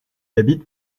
habite